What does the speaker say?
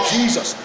Jesus